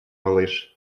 малыш